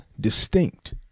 distinct